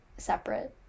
separate